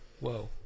whoa